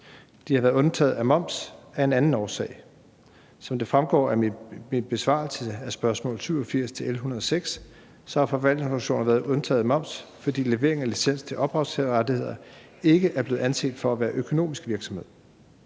De har været undtaget fra moms af en anden årsag. Som det fremgår af min besvarelse på spørgsmål 87 til L 106, har forvaltningsorganisationer været undtaget fra moms, fordi leveringen af licens til ophavsrettigheder ikke er blevet anset for at være økonomisk virksomhed.